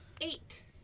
Eight